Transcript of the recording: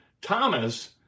Thomas